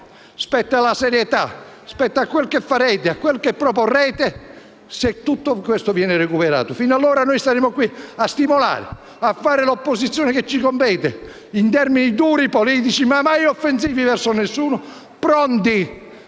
spetta alla sua serietà, spetta a quel che farete e proporrete, se tutto questo viene recuperato. Fino ad allora staremo qui a stimolare, a fare l'opposizione che ci compete, in termini duri, politici, ma mai offensivi verso nessuno, pronti